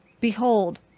behold